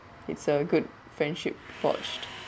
it's a good friendship forged